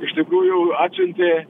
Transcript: iš tikrųjų atsiuntė